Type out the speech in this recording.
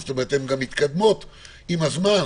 שמתקדמות עם הזמן.